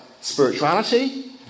spirituality